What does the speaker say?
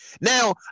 Now